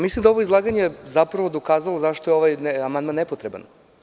Mislim da je ovo izlaganje zapravo dokazalo zašto je ovaj amandman nepotreban.